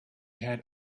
had